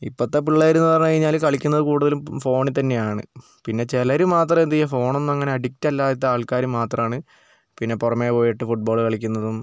ഇപ്പൊഴത്തെ പിള്ളേരെന്നു പറഞ്ഞു കഴിഞ്ഞാൽ കളിക്കുന്നത് കൂടുതലും ഫോണിൽത്തന്നെയാണ് പിന്നെ ചിലവരുമാത്രം എന്തു ചെയ്യും ഫോണൊന്നും അങ്ങനെ അഡിക്ടല്ലാത്ത ആൾക്കാർ മാത്രമാണ് പിന്നെ പുറമെ പോയിട്ട് ഫുട്ബോള് കളിക്കുന്നതും